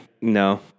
No